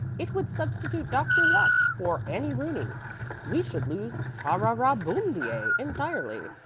it would substitute dr. watts for annie rooney we should lose ta-ra-ra-boom-de-ay entirely,